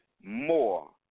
more